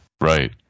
Right